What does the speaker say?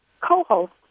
co-host